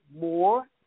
more